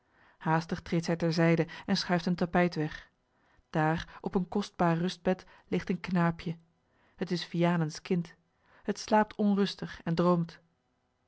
haastig treedt zij ter zijde en schuift een tapijt weg daar op een kostbaar rustbed ligt een knaapje t is vianens kind het slaapt onrustig en droomt